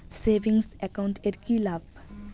Savings account এর কি লাভ?